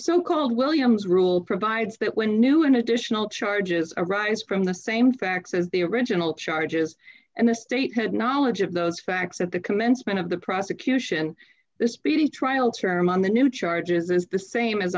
so called williams rule provides that when new and additional charges arise from the same facts as the original charges and the state had knowledge of those facts at the commencement of the prosecution this speedy trial term on the new charges is the same as